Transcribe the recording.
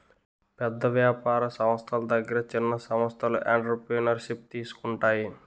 పెద్ద వ్యాపార సంస్థల దగ్గర చిన్న సంస్థలు ఎంటర్ప్రెన్యూర్షిప్ తీసుకుంటాయి